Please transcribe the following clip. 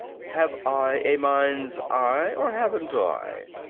have i a mind's eye, or haven't i?